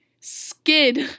skid